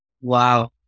Wow